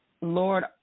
Lord